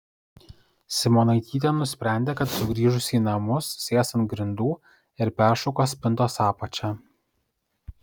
simonaitytė nusprendė kad sugrįžusi į namus sės ant grindų ir peršukuos spintos apačią